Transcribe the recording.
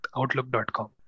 Outlook.com